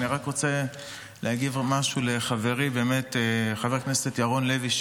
אני רק רוצה להגיב על משהו לחברי חבר הכנסת ירון לוי,